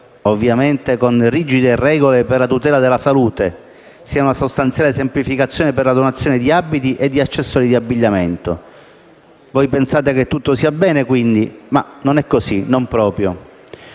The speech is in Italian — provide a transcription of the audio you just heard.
(ovviamente con rigide regole per la tutela della salute), sia una sostanziale semplificazione per la donazione di abiti e di accessori di abbigliamento. Voi pensate quindi che tutto vada bene, ma non è proprio